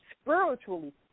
spiritually